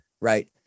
Right